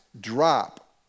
drop